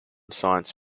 science